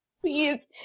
please